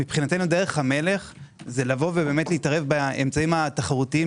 מבחינתנו דרך המלך זה להתערב באמצעים התחרותיים-